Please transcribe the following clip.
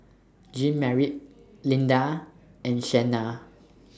Jeanmarie Linda and Shenna